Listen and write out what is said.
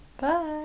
Bye